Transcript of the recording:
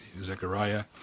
Zechariah